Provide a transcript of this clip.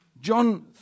John